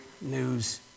news